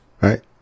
Right